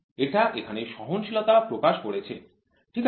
এটা এখানে সহনশীলতা প্রকাশ করেছে ঠিক আছে